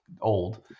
old